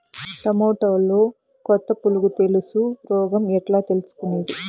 టమోటాలో కొత్త పులుగు తెలుసు రోగం ఎట్లా తెలుసుకునేది?